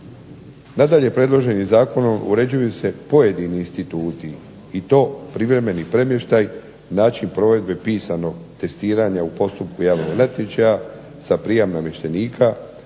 Nadalje, predloženim zakonom uređuju se pojedini instituti i to privremeni premještaj, način provedbe pisanog testiranja u postupku javnog natječaja za prijam namještenika,